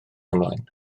ymlaen